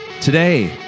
Today